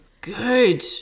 Good